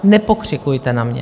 Nepokřikujte na mě.